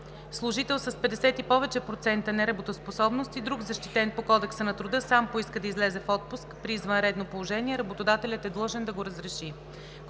служител с 50 и повече процента неработоспособност или друг защитен по Кодекса на труда, сам поиска да излезе в отпуск при извънредно положение, работодателят е длъжен да го разреши.